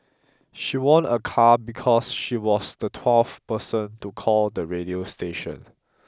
she won a car because she was the twelfth person to call the radio station